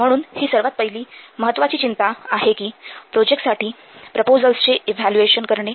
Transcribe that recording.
म्हणून ही सर्वात पहिली महत्त्वाची चिंता आहे कि प्रोजेक्टसाठी प्रपोझल्सचे इव्हॅल्युएशन करणे